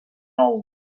nou